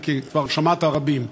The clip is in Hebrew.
כי כבר שמעת רבים.